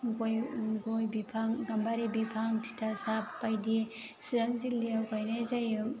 गय गय बिफां गाम्बारि बिफां तितासाब बायदि चिरां जिल्लायाव गायनाय जायो